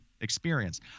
experience